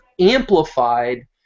amplified